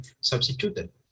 substituted